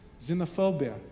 xenophobia